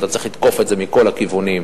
אתה צריך לתקוף אותם מכל הכיוונים,